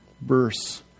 verse